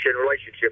relationship